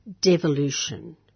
devolution